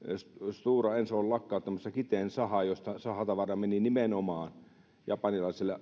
stora enso on lakkauttamassa kiteen sahan josta sahatavaraa meni nimenomaan japanilaiselle